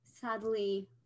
sadly